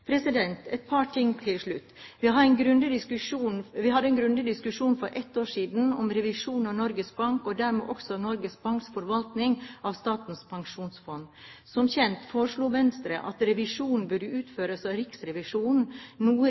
Et par ting til slutt: Vi hadde en grundig diskusjon for ett år siden om revisjon av Norges Bank, og dermed også av Norges Banks forvaltning av Statens pensjonsfond. Som kjent foreslo Venstre at revisjonen burde utføres av Riksrevisjonen, noe